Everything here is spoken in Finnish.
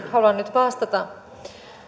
haluan nyt vastata